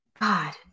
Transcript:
God